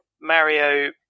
Mario